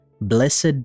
Blessed